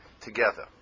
together